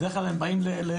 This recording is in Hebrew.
בדרך כלל הם באים --- כן,